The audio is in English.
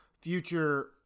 Future